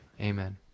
Amen